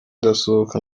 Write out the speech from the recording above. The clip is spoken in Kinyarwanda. ndasohoka